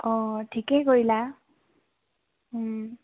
অঁ ঠিকেই কৰিলা